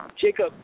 Jacob